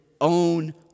own